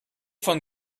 von